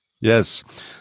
Yes